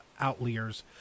outliers